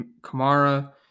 Kamara